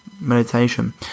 meditation